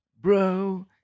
bro